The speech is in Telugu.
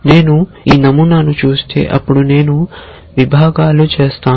నేను ఈ నమూనాను చూస్తే అప్పుడు నేను విభాగాలు చేస్తాను